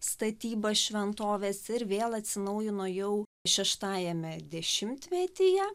statybas šventovės ir vėl atsinaujino jau šeštajame dešimtmetyje